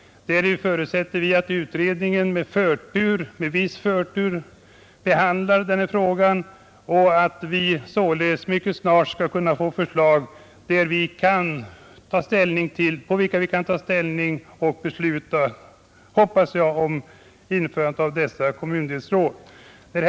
Vi förutsätter i den reservationen att utredningen med viss förtur behandlar frågan om kommundelsråd, så att vi snart kan få förslag på vilka vi kan ta ställning och besluta om införande av sådana råd, hoppas jag.